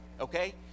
Okay